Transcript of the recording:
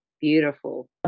beautiful